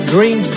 Green